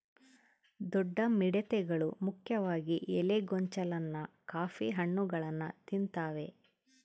ದೊಡ್ಡ ಮಿಡತೆಗಳು ಮುಖ್ಯವಾಗಿ ಎಲೆ ಗೊಂಚಲನ್ನ ಕಾಫಿ ಹಣ್ಣುಗಳನ್ನ ತಿಂತಾವೆ